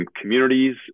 communities